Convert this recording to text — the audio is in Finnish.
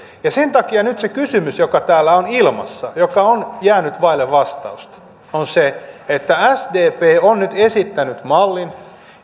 sen takia nyt se kysymys joka täällä on ilmassa ja joka on jäänyt vaille vastausta on se että sdp on nyt esittänyt mallin